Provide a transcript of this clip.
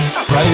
Right